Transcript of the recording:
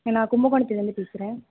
நான் கும்பகோணத்துலேருந்து பேசுகிறேன்